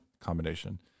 combination